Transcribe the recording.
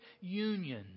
union